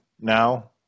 now